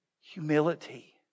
humility